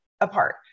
apart